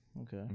Okay